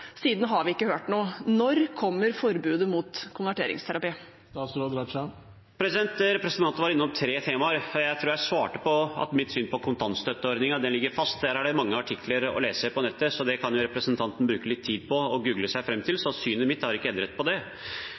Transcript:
siden har vi ikke hørt noe. Når kommer forbudet mot konverteringsterapi? Representanten var innom tre temaer, og jeg tror jeg svarte at mitt syn på kontantstøtteordningen ligger fast. Der er det mange artikler å lese på nettet, så det kan representanten bruke litt tid på å google seg fram til. Synet mitt på det er ikke endret. Når det